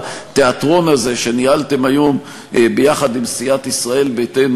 התיאטרון הזה שניהלתם היום ביחד עם סיעת ישראל ביתנו,